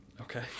Okay